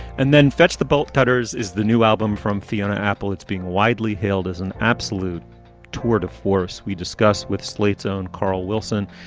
and then fetch the bolt cutters is the new album from fiona apple. it's being widely hailed as an absolute tour de force. we discuss with slate's own carl wilson.